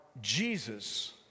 Jesus